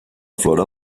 flora